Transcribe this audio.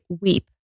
weep